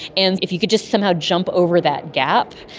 and if you could just somehow jump over that gap,